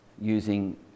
using